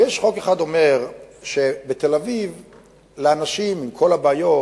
כי חוק אחד אומר שבתל-אביב לאנשים, עם כל הבעיות,